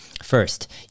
First